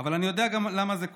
אבל אני יודע גם למה זה קורה.